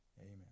Amen